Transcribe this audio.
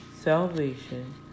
salvation